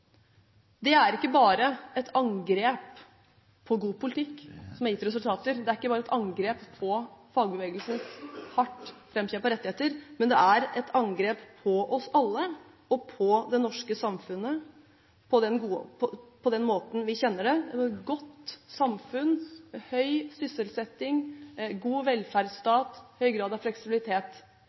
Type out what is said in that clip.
Det er ikke bare et angrep på god politikk som har gitt resultater. Det er ikke bare et angrep på fagbevegelsens hardt framkjempede rettigheter, det er et angrep på oss alle og på det norske samfunnet på den måten vi kjenner det – godt samfunn, høy sysselsetting, god velferdsstat, høy grad av fleksibilitet.